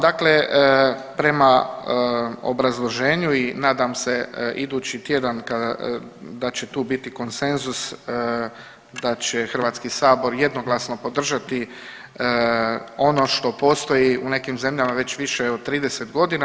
Dakle, prema obrazloženju i nadam se idući tjedan da će tu biti konsenzus da će Hrvatski sabor jednoglasno podržati ono što postoji u nekim zemljama već više od trideset godina.